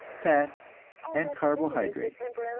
fats and carbohydrates.